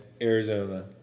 Arizona